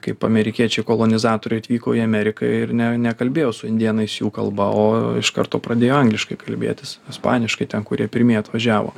kaip amerikiečiai kolonizatoriai atvyko į ameriką ir ne nekalbėjo su indėnais jų kalba o iš karto pradėjo angliškai kalbėtis ispaniškai ten kurie pirmieji atvažiavo